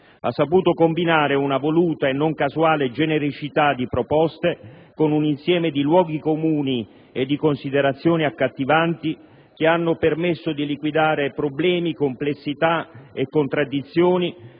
ha saputo combinare una voluta e non casuale genericità di proposte con un insieme di luoghi comuni e di considerazioni accattivanti, che hanno permesso di liquidare problemi, complessità e contraddizioni,